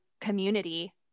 community